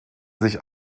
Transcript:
sich